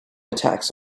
attacks